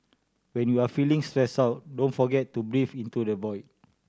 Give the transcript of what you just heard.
when you are feeling stressed out don't forget to breathe into the void